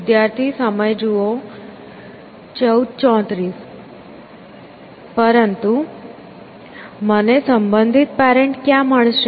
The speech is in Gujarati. પરંતુ મને સંબંધિત પેરેન્ટ ક્યાં મળશે